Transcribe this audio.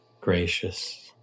gracious